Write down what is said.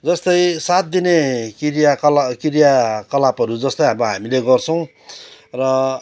जस्तै सातदिने क्रिया कला क्रियाकलापहरू जस्तै अब हामीले गर्छौँ र